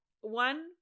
One